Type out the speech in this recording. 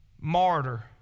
martyr